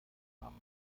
haben